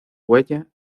huella